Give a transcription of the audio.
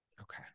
Okay